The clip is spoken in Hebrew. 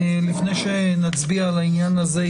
לפני שנצביע על העניין הזה,